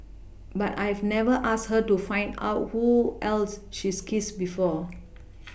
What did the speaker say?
but I've never asked her to find out who else she's kissed before